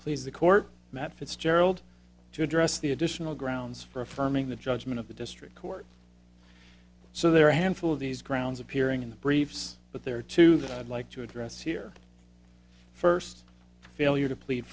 please the court matt fitzgerald to address the additional grounds for affirming the judgment of the district court so there are a handful of these grounds appearing in the briefs but there are two that i'd like to address here first failure to plead